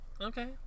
Okay